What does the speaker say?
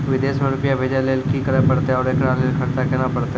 विदेश मे रुपिया भेजैय लेल कि करे परतै और एकरा लेल खर्च केना परतै?